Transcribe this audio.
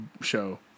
show